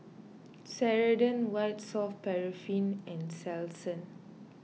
Ceradan White Soft Paraffin and Selsun